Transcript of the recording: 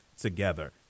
together